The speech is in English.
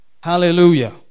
Hallelujah